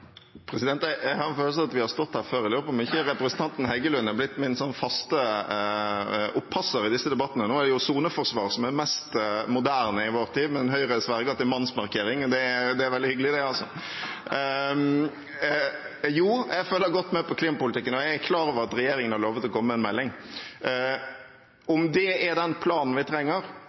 Jeg har en følelse av at vi har stått her før. Jeg lurer på om ikke representanten Heggelund er blitt min faste oppasser i disse debattene! Nå er det soneforsvar som er mest moderne i vår tid, men Høyre sverger til mannsmarkering. Det er veldig hyggelig, det! Jo, jeg følger godt med på klimapolitikken, og jeg er klar over at regjeringen har lovet å komme med en melding. Om det er den planen vi trenger,